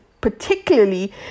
particularly